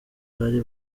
bari